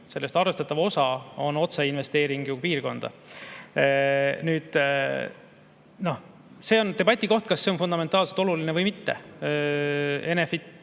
sest arvestatav osa sellest on ju otseinvesteering piirkonda. See on debati koht, kas see on fundamentaalselt oluline või mitte.